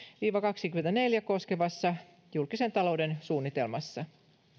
viiva kaksikymmentäneljä julkisen talouden suunnitelmassa